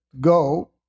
go